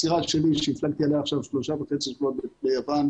הסירה שלי שהפלגתי עליה עכשיו שלושה וחצי שבועות ליוון,